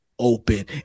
Open